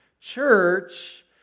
Church